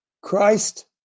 Christ